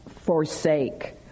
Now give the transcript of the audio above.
forsake